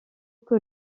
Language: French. que